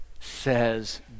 says